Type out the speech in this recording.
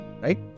right